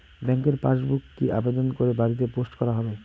ব্যাংকের পাসবুক কি আবেদন করে বাড়িতে পোস্ট করা হবে?